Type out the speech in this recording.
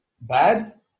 bad